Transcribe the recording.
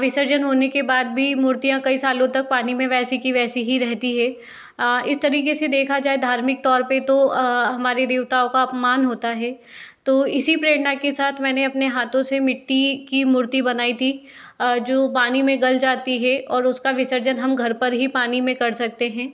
विसर्जन होने के बाद भी मूर्तियाँ कई सालोंतक पानी में वैसी की वैसी ही रहती है इस तरीके से देखा जाए धार्मिक तौर पर तो हमारे देवताओं का अपमान होता हैं तो इसी प्रेरणा के साथ मैंने अपने हाथों से मिट्टी की मूर्ति बनाई थी जो पानी में गल जाती है और उसका विसर्जन हम घर पर ही पानी में कर सकते हैं